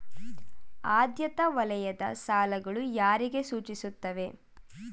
ಆದ್ಯತಾ ವಲಯದ ಸಾಲಗಳು ಯಾರಿಗೆ ಸೂಚಿಸುತ್ತವೆ?